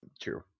True